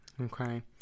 Okay